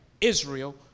Israel